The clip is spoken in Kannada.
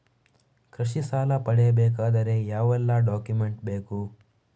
ಕೃಷಿ ಸಾಲ ಪಡೆಯಬೇಕಾದರೆ ಯಾವೆಲ್ಲ ಡಾಕ್ಯುಮೆಂಟ್ ಬೇಕು?